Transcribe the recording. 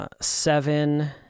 Seven